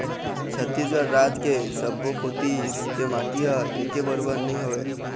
छत्तीसगढ़ राज के सब्बो कोती के माटी ह एके बरोबर नइ होवय